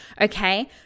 Okay